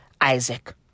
Isaac